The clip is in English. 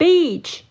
Beach